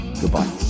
Goodbye